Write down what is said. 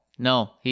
No